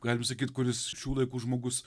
galim sakyt kuris šių laikų žmogus